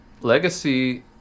Legacy